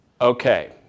Okay